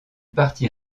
parti